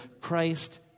Christ